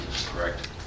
correct